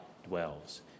dwells